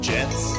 Jets